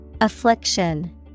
affliction